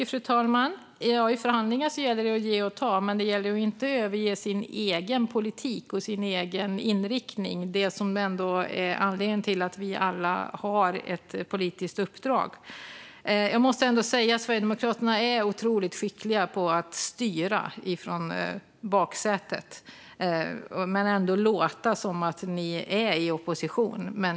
Fru talman! I förhandlingar gäller det att ge och ta. Men det gäller att inte överge sin egen politik och sin egen inriktning. Det är ändå anledningen till att vi alla har ett politiskt uppdrag. Jag måste ändå säga att Sverigedemokraterna är otroligt skickliga på att styra från baksätet men ändå låta som att de är i opposition.